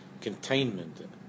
containment